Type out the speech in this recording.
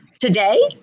Today